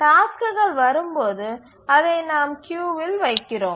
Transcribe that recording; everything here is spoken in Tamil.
டாஸ்க்குகள் வரும்போது அதை நாம் கியூவில் வைக்கிறோம்